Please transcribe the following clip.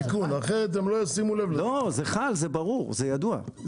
זה ברור, זה ידוע.